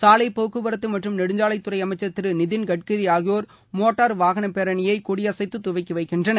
சாவைப் போக்குவரத்து மற்றும் நெடுஞ்சாவைத்துறை அமைச்சர் திரு நிதின் கட்கரி ஆகியோர் மோட்டார் வாகன பேரணியை கொடியசைத்து துவக்கி வைக்கின்றனர்